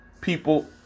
people